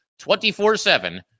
24-7